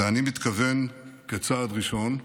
אני מתכוון כצעד ראשון,